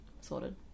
Sorted